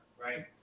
Right